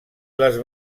les